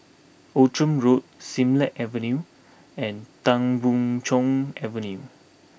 Outram Road Siglap Avenue and Tan Boon Chong Avenue